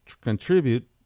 contribute